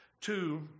Two